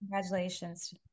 Congratulations